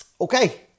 Okay